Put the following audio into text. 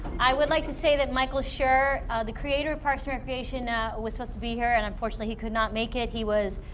i would like to say that michael schur the creator of parks and recreation ah was supposed to be here, and unfortunately he could not make it. he was